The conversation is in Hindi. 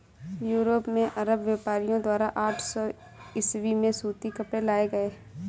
यूरोप में अरब व्यापारियों द्वारा आठ सौ ईसवी में सूती कपड़े लाए गए